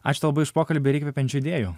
ačiū tau labai už pokalbį ir įkvepiančių idėjų